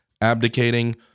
abdicating